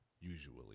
usually